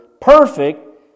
perfect